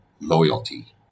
loyalty